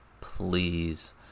Please